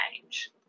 change